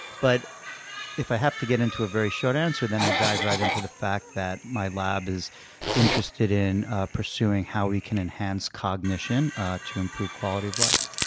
but if i have to get into a very short answer, then i dive right into the fact that my lab is interested in pursuing how we can enhance cognition to improve quality of life.